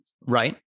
Right